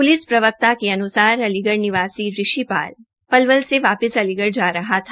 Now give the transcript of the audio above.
police प्रवक्ता ने अनुसार अलीगढ़ निवासी ऋषि पाल पलवल से वापिस अलीगढ़ जा रहा था